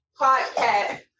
podcast